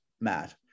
Matt